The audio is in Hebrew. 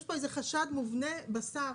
יש פה חשד מובנה בשר.